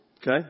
Okay